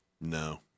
No